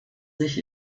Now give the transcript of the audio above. sich